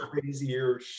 crazier